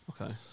Okay